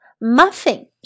Muffin